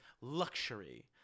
luxury